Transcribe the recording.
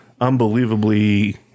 unbelievably